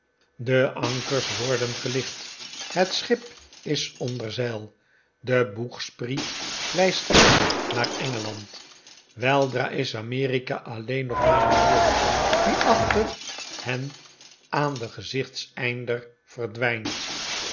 de ankers worden gelicht het schip is onder zeil de boegspriet wijst recht naar engeland weldra is amerika alleen nog maar een wolk die achter hen aan den gezichtseinder verdwijnt